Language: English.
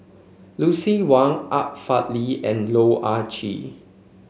Lucien Wang Art Fazil and Loh Ah Chee